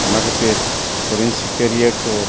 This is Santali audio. ᱚᱱᱟ ᱠᱷᱟᱹᱛᱤᱨ ᱥᱮᱨᱮᱧ ᱥᱤᱠᱟᱹᱨᱤᱭᱟᱹ ᱠᱚ